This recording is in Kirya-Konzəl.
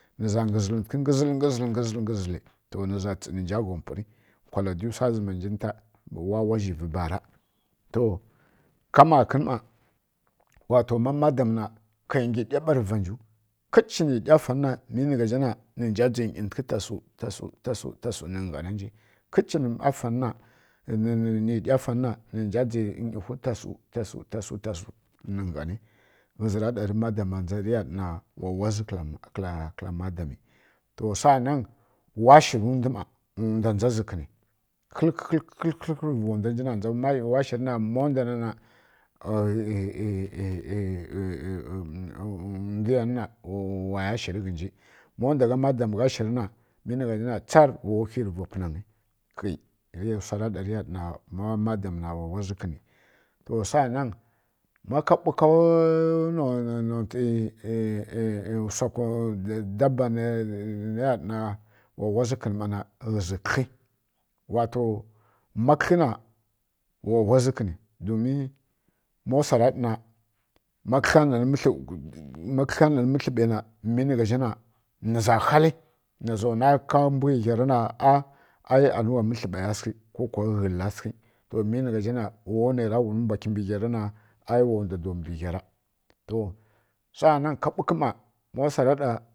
K gəʒili gəʒili miʒa tsh mnja ga gha puri kwala ʒəma minji minja wla wandʒi vi bara to ka makən ma wlato ma madam ka bi ɗiya ba san sam kənchi ni diya fanj ghəngi mini ghəʒhi ni ʒha yia thəkə tasu tasu-tasu ni ghanə kəchi nə diya feni ninja iya ghma tasa-tasu m gani ninja iya ghma tasu-tasu m gani ma madam ghəʒi riya ɗana wla wandʒi kəlimagami to sanan washirim ndua ma ndua ja ʒi kəni həlikə-həlikə riuvanduanjina da wa shiri na ndua na waya shiri ghənji mondua madam sha shirina mi mgha ʒha na char wa whyi rivarfuna nyi ghəʒi suara da nya ɗana ma madam na wa wandʒa kəni to sa nen mala bukə nonte dombi dambe ya ɗana wi wa ʒi kəni mana ghəʒi kədly wato ma kədlu na wa waʒi kəni domin masuara ɗa miya ɗana ma kədlyi nami mithəbai mini ghaʒha na ʒha hali m ʒa hua ka bughə hiyera na a ani wa məthə beya sikə ko kwa ghəli ra sikə to mi mgha ʒha na wa muara ghumi bua kimbi hiyar na a wa ndua dango bə hiys ra to sanan ka bukə ma mosuara ɗa.